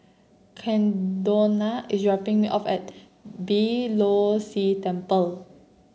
Caldonia is dropping me off at Beeh Low See Temple